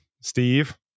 Steve